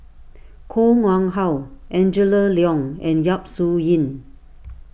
Koh Nguang How Angela Liong and Yap Su Yin